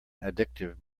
addictive